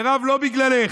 מירב, לא בגללך,